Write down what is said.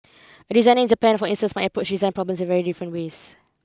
a designer in Japan for instance approach design problems very different ways